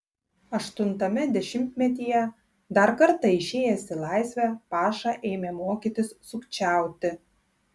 aštuntame dešimtmetyje dar kartą išėjęs į laisvę paša ėmė mokytis sukčiauti